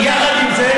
יחד עם זה,